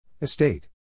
Estate